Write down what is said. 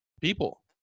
people